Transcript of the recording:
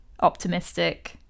optimistic